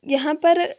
यहाँ पर